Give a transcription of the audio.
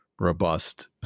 robust